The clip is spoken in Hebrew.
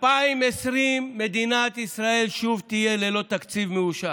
ב-2020 מדינת ישראל שוב תהיה ללא תקציב מאושר.